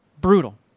Brutal